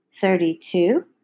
thirty-two